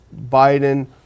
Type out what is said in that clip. Biden